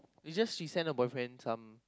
is just she send her boyfriend some